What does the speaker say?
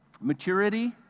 Maturity